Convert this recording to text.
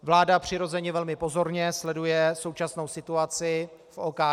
Vláda přirozeně velmi pozorně sleduje současnou situaci v OKD.